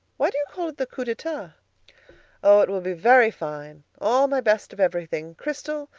why do you call it the coup d'etat oh! it will be very fine all my best of everything crystal,